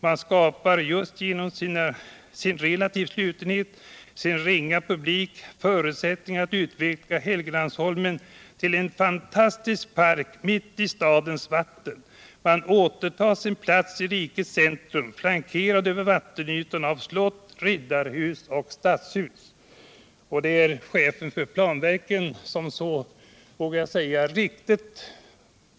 Man skapar, just genom sin relativa slutenhet, sin ringa publik, förutsättningar att utveckla Helgeandsholmen till en fantastisk park mitt i stadens vatten. Man återtar sin plats i rikets centrum, flankerad över vattenytorna av slott, riddarhus och stadshus.” Det är således chefen för planverket som så riktigt — jag vill använda det uttrycket.